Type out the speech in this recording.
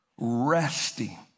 resting